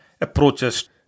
approaches